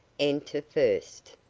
enter first.